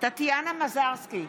טטיאנה מזרסקי,